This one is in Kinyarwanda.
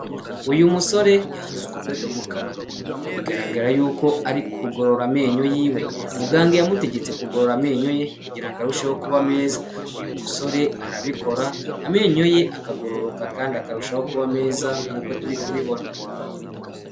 Uyu musore yashyize urudodo mu kanwa, bigaragara yuko ari kugorora amenyo yiwe muganga yamutegetse kugorora amenyo ye kugirango ngo arusheho kuba meza, uyu musore arabikora amenyo ye akagororoka kandi akarushaho kuba meza nk'uko turi kubibona.